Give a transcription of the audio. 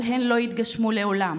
אבל הם לא יתגשמו לעולם.